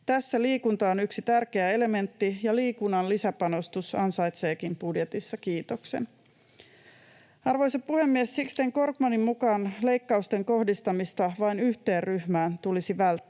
Tässä liikunta on yksi tärkeä elementti, ja liikunnan lisäpanostus ansaitseekin budjetissa kiitoksen. Arvoisa puhemies! Sixten Korkmanin mukaan leikkausten kohdistamista vain yhteen ryhmään tulisi välttää,